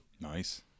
Nice